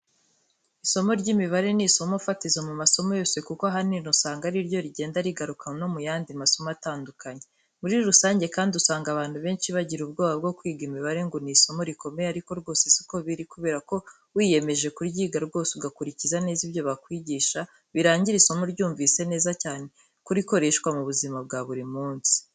Isomo ry'imibare ni isomo fatizo mu masomo yose kuko ahanini usanga ariryo rigenda rigaruka no mu yandi masomo atandukanye. Muri rusange kandi usanga abantu benshi bagira ubwoba bwo kwiga imibare ngo ni isomo rikomeye ariko rwose si ko biri kubera ko wiyemeje kuryiga rwose ugakurikira neza ibyo bakwigisha birangira isomo uryumvise neza cyane ko rikoreshwa mu buzima bwa buri munsi.